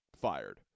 fired